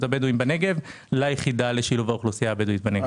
הבדואים בנגב ליחידה לשילוב האוכלוסייה הבדואית בנגב.